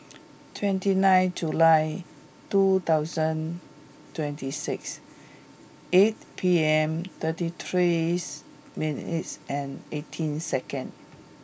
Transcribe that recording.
twenty nine July two thousand twenty six eight P M thirty three minutes and eighteen second